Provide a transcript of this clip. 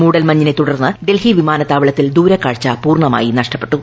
മൂടൽമഞ്ഞിനെ തുടർന്ന് ഡൽഹി വിമാനത്താവളത്തിൽ ദൂരക്കാഴ്ച പൂർണ്ണമായി നഷ്ടപ്പെട്ടു